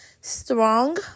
strong